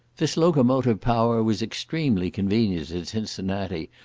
this locomotive power was extremely convenient at cincinnati,